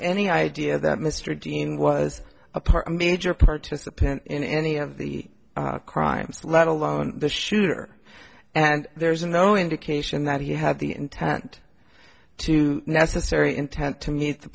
any idea that mr dean was a part a major participant in any of the crimes let alone the shooter and there's no indication that he had the intent to necessary intent to meet the